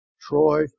Troy